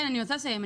כן אני רוצה לסיים,